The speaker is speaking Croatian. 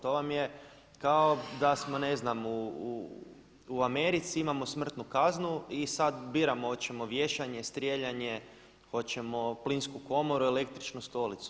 To vam je kao da smo ne znam u Americi imamo smrtnu kaznu i sad biramo hoćemo vješanje, strijeljanje, hoćemo plinsku komoru, električnu stolicu.